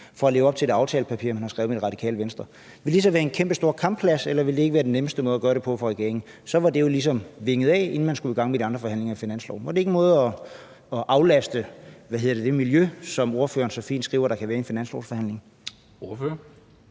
for at leve op til det aftalepapir, man har skrevet sammen med Det Radikale Venstre? Ville det så være en kæmpestor kampplads – eller ville det ikke være den nemmeste måde at gøre det på for regeringen? Så var det jo ligesom handlet af, inden man skulle i gang med de andre forhandlinger om finansloven. Var det ikke en måde at aflaste det miljø på, som ordføreren så fint skriver der kan være i en finanslovsforhandling? Kl.